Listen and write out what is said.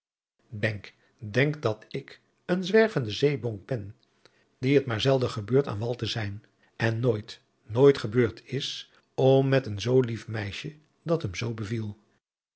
denk denk dat ik een zwervende zeebonk ben dien het maar zelden gebeurt aan wal te zijn en nooit nooit gebeurd is om met een zoo lief meisje dat hem zoo beviel